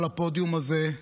על הפודיום הזה,